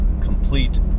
complete